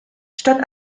statt